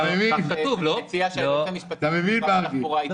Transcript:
אני מציע שהיועץ המשפטי של משרד התחבורה יתייחס.